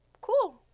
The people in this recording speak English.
cool